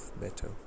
better